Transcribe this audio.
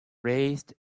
raised